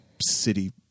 city